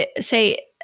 say